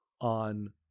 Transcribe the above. on